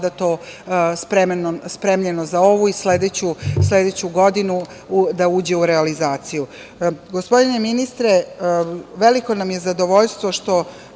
sada to spremljeno za ovu i sledeću godinu da uđe u realizaciju. Gospodine ministre, veliko nam je zadovoljstvo što